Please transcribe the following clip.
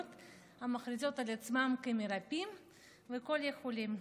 המכריזות על עצמן כמרפאים וכול-יכולים.